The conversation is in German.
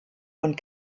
und